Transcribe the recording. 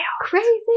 Crazy